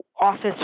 office